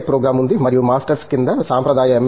Tech programme ఉంది మరియు masters క్రింద సంప్రదాయ M